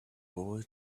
boy